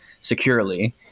securely